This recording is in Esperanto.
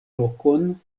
lokon